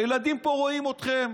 הילדים פה רואים אתכם,